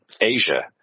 Asia